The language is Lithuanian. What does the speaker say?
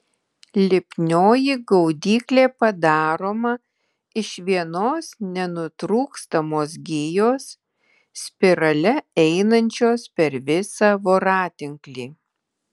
lipnioji gaudyklė padaroma iš vienos nenutrūkstamos gijos spirale einančios per visą voratinklį